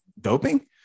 doping